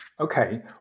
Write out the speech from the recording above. Okay